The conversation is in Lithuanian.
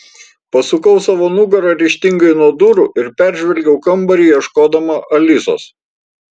pasukau savo nugarą ryžtingai nuo durų ir peržvelgiau kambarį ieškodama alisos